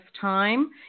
time